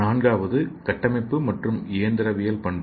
நான்காவது கட்டமைப்பு மற்றும் இயந்திரவியல் பண்புகள்